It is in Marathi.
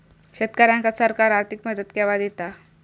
शेतकऱ्यांका सरकार आर्थिक मदत केवा दिता?